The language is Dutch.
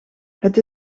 het